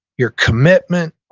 your commitment,